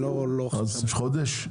חודש?